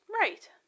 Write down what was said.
Right